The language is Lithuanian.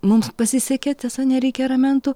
mums pasisekė tiesa nereikia ramentų